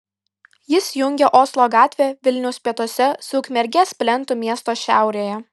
jis jungia oslo gatvę vilniaus pietuose su ukmergės plentu miesto šiaurėje